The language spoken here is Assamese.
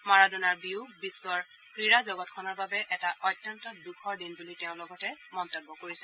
মাৰাডোনাৰ বিয়োগ বিশ্বৰ ক্ৰীড়া জগতখনৰ বাবে এটা অত্যন্ত দুখন দিন বুলি তেওঁ লগতে মন্তব্য কৰিছে